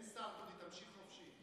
אין שר, דודי, תמשיך חופשי.